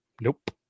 nope